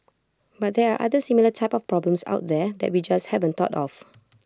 but there are other similar type of problems out there that we just haven't thought of